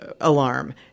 alarm